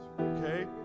Okay